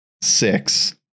six